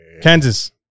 Kansas